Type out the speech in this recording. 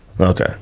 Okay